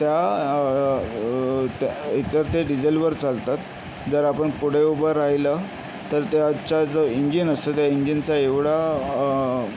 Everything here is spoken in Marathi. त्या त्या एकतर त्या डिझेलवर चालतात जर आपण पुढे उभं राहिलं तर त्याचा जो इंजिन असतो त्या इंजिनचा एवढा